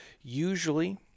Usually